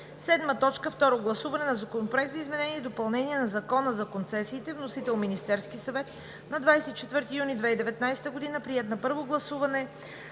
2019 г. 7. Второ гласуване на Законопроекта за изменение и допълнение на Закона за концесиите. Вносител е Министерският съвет на 24 юни 2019 г. Приет е на първо гласуване